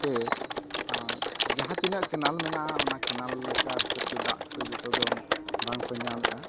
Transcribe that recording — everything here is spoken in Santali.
ᱛᱮ ᱟᱨ ᱡᱟᱦᱟᱸ ᱛᱤᱱᱟᱹᱜ ᱠᱮᱱᱮᱞ ᱢᱮᱱᱟᱜᱼᱟ ᱚᱱᱟ ᱠᱮᱱᱮᱞ ᱞᱮᱠᱟ ᱦᱤᱥᱟᱹᱵᱛᱮ ᱫᱟᱜ ᱡᱚᱛᱚ ᱫᱚ ᱵᱟᱝ ᱠᱚ ᱧᱟᱢᱮᱫᱟ